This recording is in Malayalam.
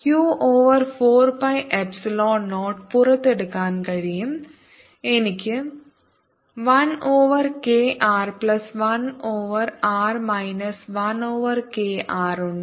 q ഓവർ 4 പൈ എപ്സിലോൺ 0 പുറത്തെടുക്കാൻ കഴിയും എനിക്ക് 1 over kr plus 1 over R minus 1 over K R ഉണ്ട്